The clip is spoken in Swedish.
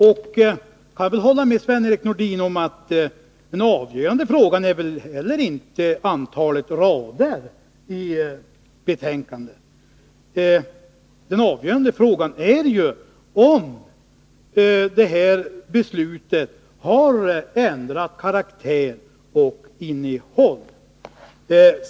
Jag kan hålla med Sven-Erik Nordin om att den avgörande frågan inte heller är antalet rader i betänkandet. Den avgörande frågan är om det här beslutet har ändrat karaktär och innehåll.